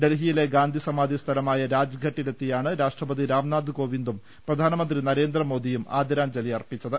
ഡൽഹി യിലെ ഗാന്ധി സമാധി സ്ഥലമായ രാജ്ഘട്ടിലിലെത്തിയാണ് രാഷ്ട്രപതി രാംനാഥ് കോവിന്ദും പ്രധാനമന്ത്രി നരേന്ദ്രമോദിയും ആദരാഞ്ജലി അർപ്പിച്ചത്